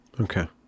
Okay